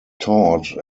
taught